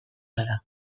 zara